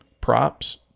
props